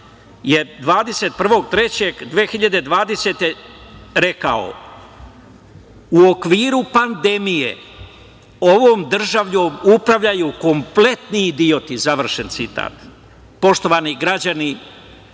21.3.2020. godine rekao – u okviru pandemije, ovom državom upravljaju kompletni idioti, završen citat. Poštovani građani,